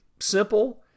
simple